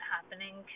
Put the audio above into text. happening